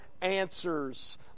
answers